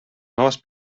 noves